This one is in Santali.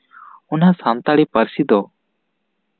ᱚᱱᱟ ᱥᱟᱱᱛᱟᱲᱤ ᱯᱟᱹᱨᱥᱤ ᱫᱚ